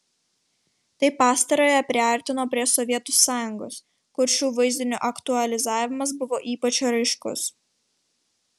tai pastarąją priartino prie sovietų sąjungos kur šių vaizdinių aktualizavimas buvo ypač raiškus